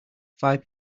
five